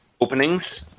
openings